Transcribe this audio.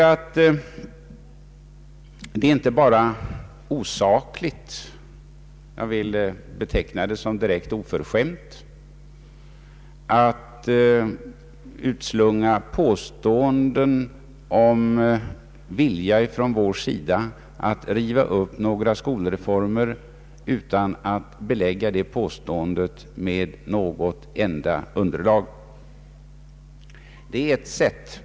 Det är inte bara osakligt utan jag vill beteckna det som direkt oförskämt att utslunga påståenden om vilja från vår sida att riva upp skolreformer utan att belägga dessa påståenden med något enda sakligt underlag.